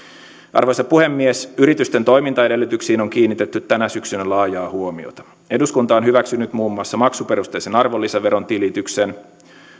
arvoisa puhemies yritysten toimintaedellytyksiin on kiinnitetty tänä syksynä laajaa huomiota eduskunta on hyväksynyt muun muassa maksuperusteisen arvonlisäveron tilityksen